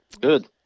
Good